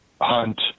hunt